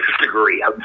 degree